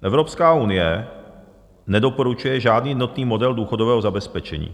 Evropská unie nedoporučuje žádný jednotný model důchodového zabezpečení.